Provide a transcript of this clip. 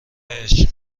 عشق